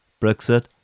Brexit